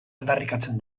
aldarrikatzen